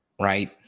right